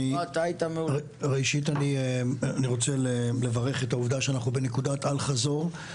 אני רוצה לברך על העובדה שאנחנו בנקודת אל-חזור.